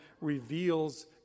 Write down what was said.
reveals